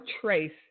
trace